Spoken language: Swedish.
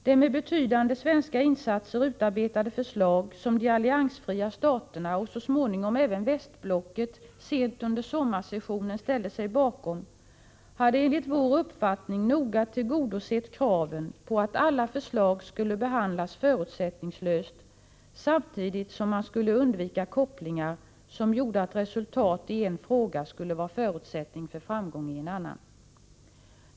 Det med betydande svenska insatser utarbetade förslag, som de alliansfria staterna — och så småningom även västblocket — sent under sommarsessionen ställde sig bakom, hade enligt vår uppfattning noga tillgodosett kraven på att alla förslag skulle behandlas förutsättningslöst, samtidigt som man skulle ha undvikit kopplingar som skulle ha gjort att resultatet i en viss fråga skulle ha varit en förutsättning för framgång i en annan.